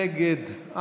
נגד,